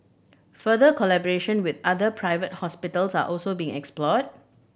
further collaboration with other private hospitals are also being explored